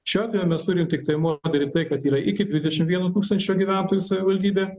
šiuo atveju mes turim tiktai modelį tai kad yra iki dvidešimt vieno tūkstančio gyventojų savivaldybė